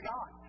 God